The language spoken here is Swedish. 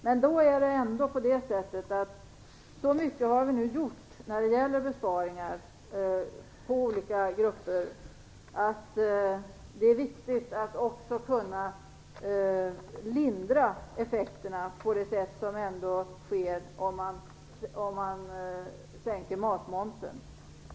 Det är ändå på det sättet att vi nu har gjort så mycket när det gäller besparingar på olika grupper att det är viktigt att också lindra effekterna, vilket ändå sker när man sänker matmomsen.